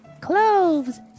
Cloves